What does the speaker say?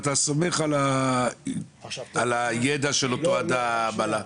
אתה סומך על הידע של בעל האמבולנס?